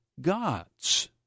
gods